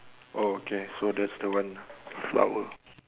oh okay so that's the one flower